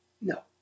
No